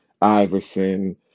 Iverson